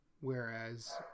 Whereas